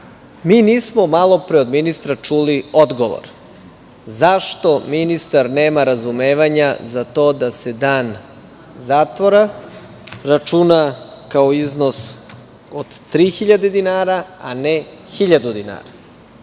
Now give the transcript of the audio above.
nismo malopre čuli odgovor. Zašto ministar nema razumevanja za to da se dan zatvora računa kao iznos od 3.000 dinara, a ne 1.000 dinara?